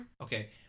Okay